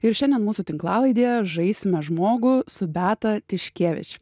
ir šiandien mūsų tinklalaidėje žaisme žmogų su beata tiškevič